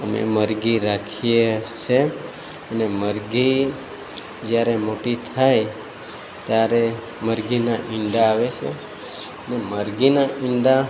અમે મરઘી રાખીએ છીએ અને મરઘી જ્યારે મોટી થાય ત્યારે મરઘીનાં ઈંડા આવે છે તો મરઘીનાં ઈંડા